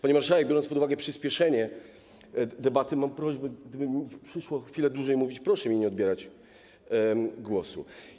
Pani marszałek, biorąc pod uwagę przyspieszenie debaty, mam prośbę: gdyby mi przyszło chwilę dłużej mówić, proszę mi nie odbierać głosu.